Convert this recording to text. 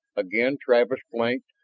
again travis blinked,